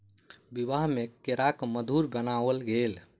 विवाह में केराक मधुर बनाओल गेल